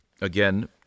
again